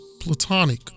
platonic